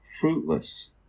fruitless